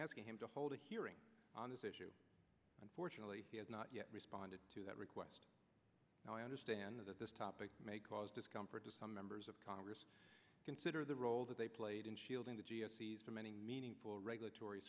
asking him to hold a hearing on this issue unfortunately he has not yet responded to that request now i understand that this topic may cause discomfort to some members of congress consider the role that they played in shielding the g s these from any meaningful regulatory